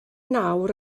nawr